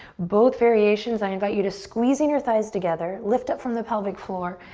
both variations, i invite you to squeeze in your thighs together, lift up from the pelvic floor,